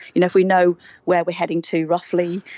you know if we know where we are heading to roughly,